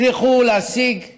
הצליחו להשיג הישגים,